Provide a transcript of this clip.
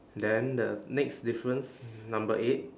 then the next difference number eight